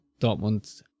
Dortmund